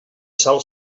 sal